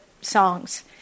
songs